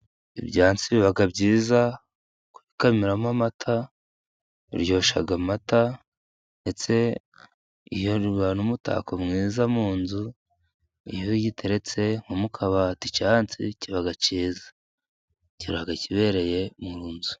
Ibyansi biba byiza kukamiramo amata. Biryosha amata ndetse biba n'umutako mwiza mu nzu. Iyo ugiteretse nko mu kabati icyansi kiba cyiza kiba kibereye mu nzu.